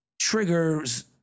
triggers